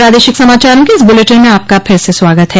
प्रादेशिक समाचारों के इस बुलेटिन में आपका फिर से स्वागत है